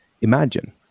imagine